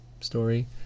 Story